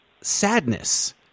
sadness